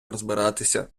розбиратися